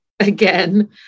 again